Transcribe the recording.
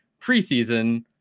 preseason